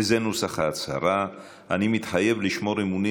וזה נוסח ההצהרה: "אני מתחייב לשמור אמונים